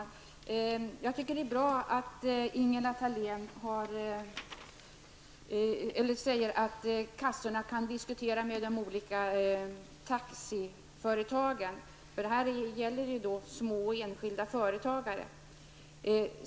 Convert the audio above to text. Herr talman! Det är bra att Ingela Thalén säger att försäkringskassorna kan diskutera med de olika taxiföretagen. Det gäller ju små enskilda företagare.